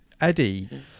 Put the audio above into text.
Eddie